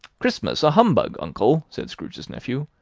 christmas a humbug, uncle! said scrooge's nephew.